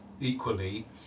equally